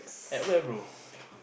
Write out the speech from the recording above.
at where bro